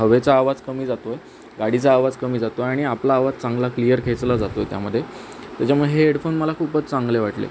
हवेचा आवाज कमी जातो आहे गाडीचा आवाज कमी जातो आणि आपला आवाज चांगला क्लिअर खेचला जातो आहे त्यामध्ये त्याच्यामुळे हे हेडफोन मला खूपच चांगले वाटले